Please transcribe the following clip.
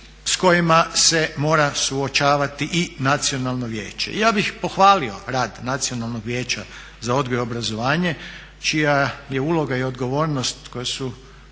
s kojima se mora suočavati i Nacionalno vijeće. I ja bih pohvalio rad Nacionalnog vijeća za odgoj i obrazovanje čija je uloga i odgovornost koje su